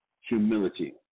humility